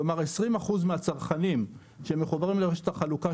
כלומר 20% מהצרכנים שמחוברים לרשת החלוקה